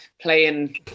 playing